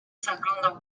zaglądał